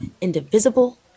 indivisible